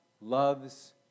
loves